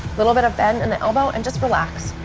little bit of bend in the elbow and just relax.